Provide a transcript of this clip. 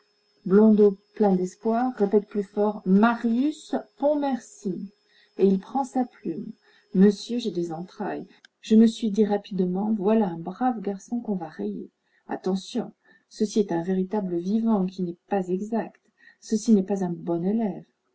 blondeau plein d'espoir répète plus fort marius pontmercy et il prend sa plume monsieur j'ai des entrailles je me suis dit rapidement voilà un brave garçon qu'on va rayer attention ceci est un véritable vivant qui n'est pas exact ceci n'est pas un bon élève